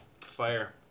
Fire